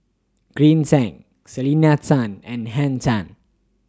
Green Zeng Selena Tan and Henn Tan